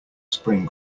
spring